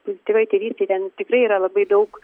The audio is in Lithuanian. pozityvioj tėvystėj ten tikrai yra labai daug